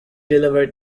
delivered